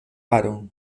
paro